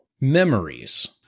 memories